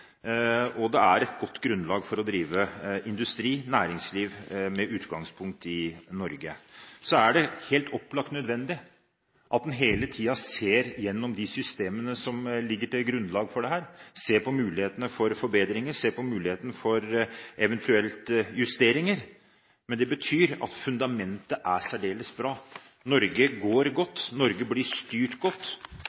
er et godt grunnlag for å drive industri – næringsliv – med utgangspunkt i Norge. Så er det helt opplagt nødvendig at en hele tiden ser igjennom de systemene som ligger til grunn for dette, ser på mulighetene for forbedringer, ser på mulighetene for eventuelle justeringer. Men det betyr at fundamentet er særdeles bra. Norge går